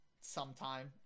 sometime